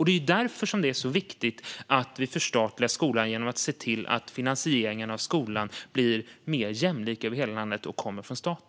Det är därför det är så viktigt att vi förstatligar skolan genom att se till att finansieringen av skolan blir mer jämlik över hela landet och kommer från staten.